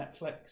netflix